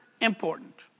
important